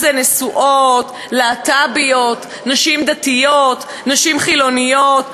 אם נשואות, להט"ביות, נשים דתיות, נשים חילוניות.